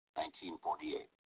1948